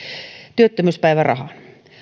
työttömyyspäivärahaan